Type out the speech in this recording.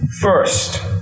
first